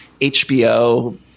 HBO